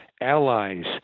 allies